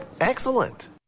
Excellent